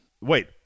wait